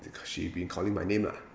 because she been calling my name lah